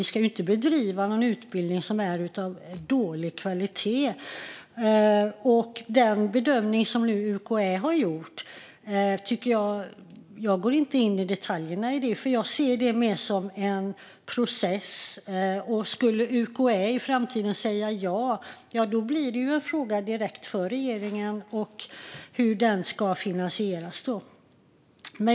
Vi ska inte bedriva någon utbildning som är av dålig kvalitet. Jag går inte in i detaljerna på den bedömning som UKÄ nu har gjort. Jag ser den mer som en process. Skulle UKÄ i framtiden säga ja, då blir det en fråga direkt för regeringen hur detta ska finansieras.